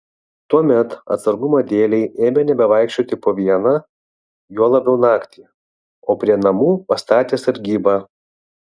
tuomet atsargumo dėlei ėmė nebevaikščioti po vieną juo labiau naktį o prie namų pastatė sargybą